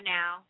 now